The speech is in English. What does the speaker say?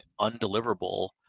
undeliverable